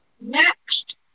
Next